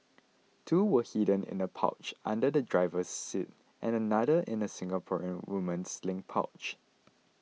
two were hidden in a pouch under the driver's seat and another in a Singaporean woman's sling pouch